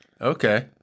Okay